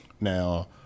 Now